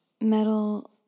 metal